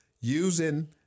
using